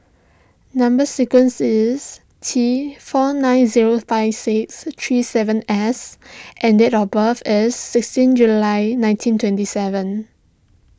Number Sequence is T four nine zero five six three seven S and date of birth is sixteen July nineteen twenty seven